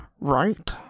right